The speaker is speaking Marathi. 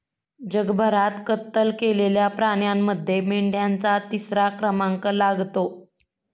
जगभरात कत्तल केलेल्या प्राण्यांमध्ये मेंढ्यांचा तिसरा क्रमांक लागतो